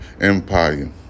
empire